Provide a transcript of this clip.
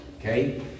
Okay